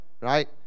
right